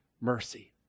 mercy